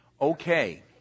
Okay